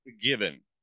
given